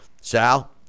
Sal